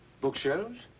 Bookshelves